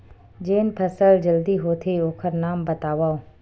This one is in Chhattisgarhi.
जेन फसल जल्दी होथे ओखर नाम बतावव?